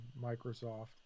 microsoft